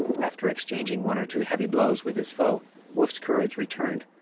after exchanging one or two heavy blows with his foe woof's courage returned,